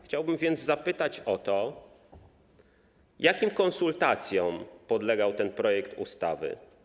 Chciałbym więc zapytać o to, jakim konsultacjom podlegał ten projekt ustawy.